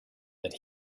that